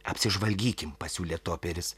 apsižvalgykim pasiūlė toperis